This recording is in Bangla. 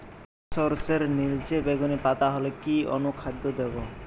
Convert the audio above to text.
সরর্ষের নিলচে বেগুনি পাতা হলে কি অনুখাদ্য দেবো?